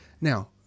Now